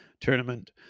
tournament